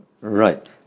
Right